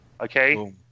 okay